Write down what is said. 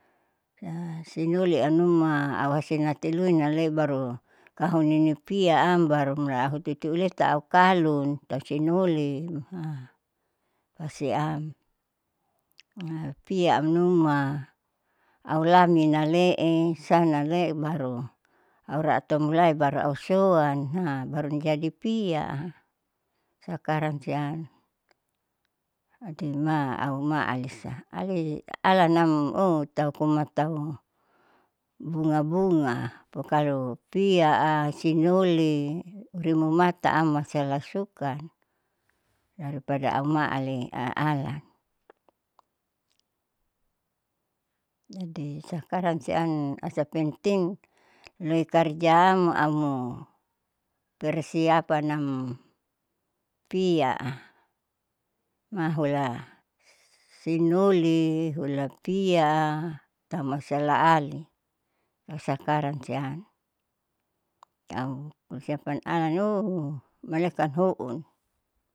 Sia sinoli anuma auhasina luin ale baru kahoninipiam baru mula aututu uleta au kalun, tau sinoli tausiam. piam numa aulamin ale'e isan ale'e baru auratoumuali baru ausoan baru jadi pia. Sakarang siam jadi ma auma alisa ali alanam ooh tau cuma tau bunga bunga po kalo pia a sinoli urmumata am masialasukan dari pada auma ali alan. jadi sakarang siam asa penting loikarja am amu persiapanam piya a mahula ssinoli hula pia tau malusia laalila sakarang siam au persiapan alan ou malekang houn.